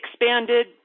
expanded